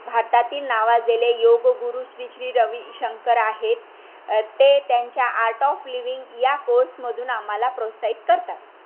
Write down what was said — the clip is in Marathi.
भारतातील नावाजलेले योगगुरू श्री श्री रवीशंकर आहेत ते त्यांच्या आर्ट ऑफ लिविंग या कोर्समधून आम्हाला प्रोत्साहित करतात